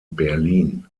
berlin